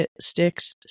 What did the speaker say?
sticks